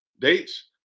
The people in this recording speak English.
dates